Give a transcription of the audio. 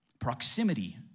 Proximity